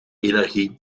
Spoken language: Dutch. energie